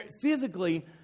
Physically